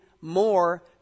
more